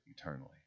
eternally